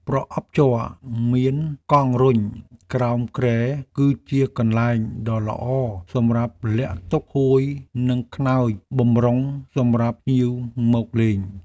ប្រអប់ជ័រមានកង់រុញក្រោមគ្រែគឺជាកន្លែងដ៏ល្អសម្រាប់លាក់ទុកភួយនិងខ្នើយបម្រុងសម្រាប់ភ្ញៀវមកលេង។